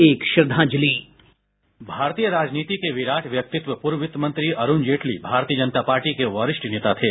एक श्रद्वाजंलि बाईट भारतीय राजनीति के विराट व्यक्तित्व पूर्व वित्त मंत्री अरुण जेटली भारतीय जनता पार्टी के वरिष्ठ नेता थे